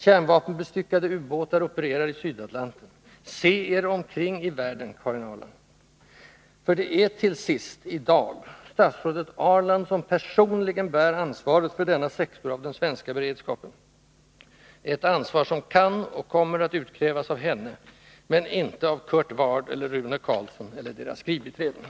Kärnvapenbestyckade ubåtar opererar i Sydatlanten. Se er omkringi världen, Karin Ahrland! För det är till sist, i dag statsrådet Ahrland som personligen bär ansvaret för denna sektor av den svenska beredskapen — ett ansvar som kan och kommer att utkrävas av henne, men inte av Kurt Ward eller Rune Carlsson eller deras skrivbiträden.